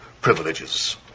privileges